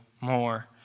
more